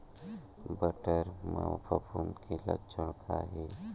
बटर म फफूंद के लक्षण का हे?